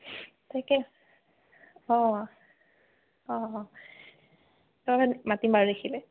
তাকে অঁ অঁ তাৰমানে মাতিম বাৰু দেখিলে